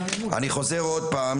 אני חוזר עוד פעם,